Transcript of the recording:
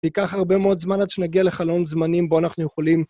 יקח הרבה מאוד זמן עד שנגיע לחלון זמנים, בו אנחנו יכולים...